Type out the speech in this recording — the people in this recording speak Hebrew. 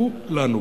כולנו,